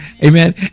Amen